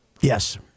Yes